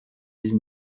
dix